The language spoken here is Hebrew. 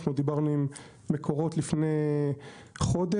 דברנו עם מקורות לפני כחודש,